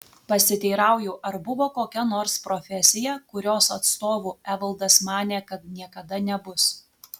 pasiteirauju ar buvo kokia nors profesija kurios atstovu evaldas manė kad niekada nebus